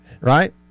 right